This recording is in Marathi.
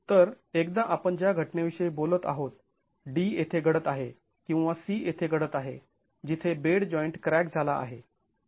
तर एकदा आपण ज्या घटनेविषयी बोलत आहोत d येथे घडत आहेत किंवा c येथे घडत आहेत जिथे बेड जॉईंट क्रॅक झाला आहे